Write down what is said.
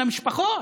למשפחות,